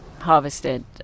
harvested